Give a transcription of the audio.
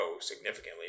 significantly